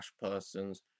persons